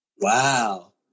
Wow